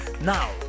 Now